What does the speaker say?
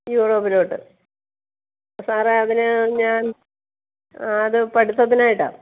യൂറോപ്പിലോട്ട് സാറേ അതിന് ഞാൻ അത് പഠിത്തത്തിനായിട്ടാണ്